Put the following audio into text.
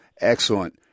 excellent